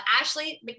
Ashley